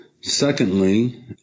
Secondly